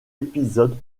épisode